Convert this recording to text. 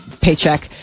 paycheck